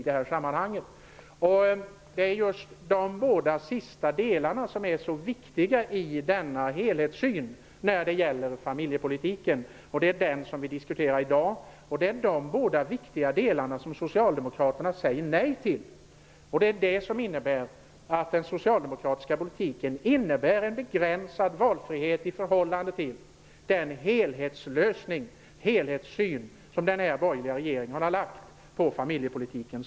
Dessa båda inslag är mycket viktiga i helhetssynen på familjepolitiken, som vi i dag diskuterar. Dessa båda viktiga delar säger socialdemokraterna nej till. Därmed innebär den socialdemokratiska politiken en begränsad valfrihet jämfört med den helhetssyn som den borgerliga regeringen har anlagt på familjepolitiken.